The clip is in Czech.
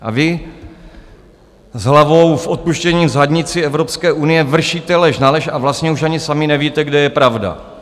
A vy, s hlavou s odpuštěním v zadnici Evropské unie, vršíte lež na lež a vlastně už ani sami nevíte, kde je pravda.